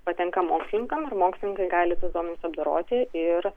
patenka mokslininkam ir mokslininkai gali tuos duomenis apdoroti ir